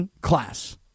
class